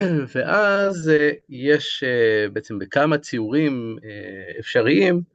ואז יש בעצם בכמה ציורים אפשריים